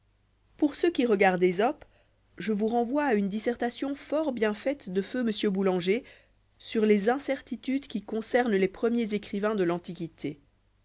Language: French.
pour ce qui regarde esope je vous renvoie à une dissertation fort bien faite de feu m boulanger sur les incertitudes qui concernent les prer miers écrivains de l'antiquité